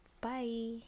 Bye